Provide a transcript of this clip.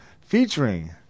featuring